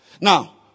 Now